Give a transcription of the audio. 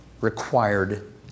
required